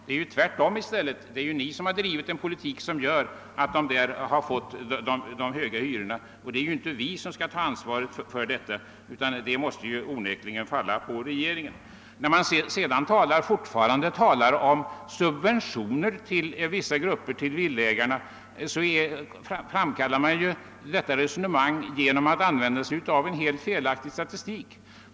Det är i stället ni som har drivit den politik som medfört dessa höga hyror. Det är därför inte vi som skall ta ansvaret för den politiken, utan det ansvaret måste onekligen falla på regeringen. När man sedan fortfarande talar om subventioner till vissa grupper — i detta fall till villaägarna — framkallar man detta resonemang genom att begagna sig av en helt felaktig statistik.